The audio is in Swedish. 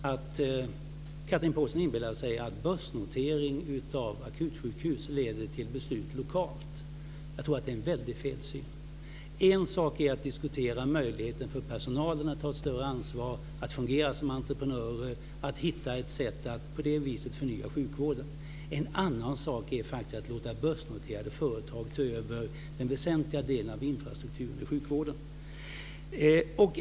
Fru talman! Chatrine Pålsson inbillar sig att en börsnotering av akutsjukhus leder till beslut lokalt. Jag tror att det är en väldig felsyn. Det är en sak att diskutera möjligheten för personalen att ta ett större ansvar, att fungera som entreprenörer och att hitta ett sätt att på det viset förnya sjukvården. Det är faktiskt en annan sak att låta börsnoterade företag ta över den väsentliga delen av infrastrukturen i sjukvården.